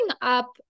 up